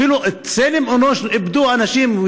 אפילו צלם אנוש איבדו אנשים,